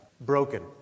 Broken